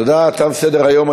תם סדר-היום.